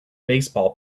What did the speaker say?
baseball